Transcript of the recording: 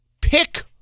Pick